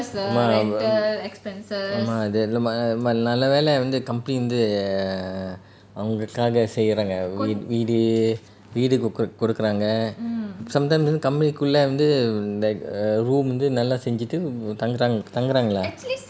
நல்ல வேளை வந்து கம்பெனி வந்து அவங்களுக்காக செய்றாங்க வீடு வீடு கொடுக் கொடுக்குறாங்க:nalla velai vanthu compny vanthu avangalukaga seiraanga veedu veedu koduk kodukuraanga sometimes வந்து கம்பெனி குள்ள வந்து ரூம் வந்து நல்லா செஞ்சிட்டு தாங்குறாங்க:vanthu company kulla vanthu room vanthu nalla senjitu thanguraanga